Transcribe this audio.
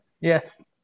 Yes